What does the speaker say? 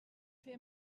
fer